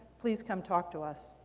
please come talk to us.